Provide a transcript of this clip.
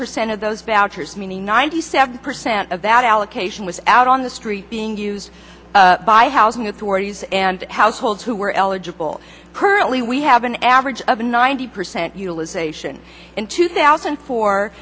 percent of those vouchers meaning ninety seven percent of that allocation was out on the street being used by housing authorities and households who were eligible currently we have an average of ninety percent utilization in two thousand